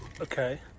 okay